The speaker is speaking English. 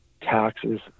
taxes